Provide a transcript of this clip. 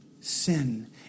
sin